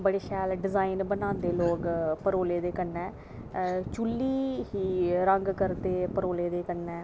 बड़े शैल डिजाईन बनांदे लोग एह्दे कन्नै चुल्ही रंग करदे परोलै दे कन्नै